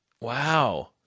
Wow